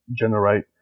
generate